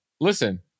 Listen